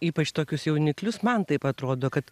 ypač tokius jauniklius man taip atrodo kad